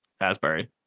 Asbury